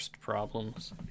problems